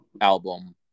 album